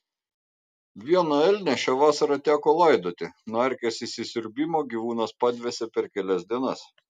vieną elnią šią vasarą teko laidoti nuo erkės įsisiurbimo gyvūnas padvėsė per kelias dienas